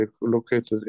located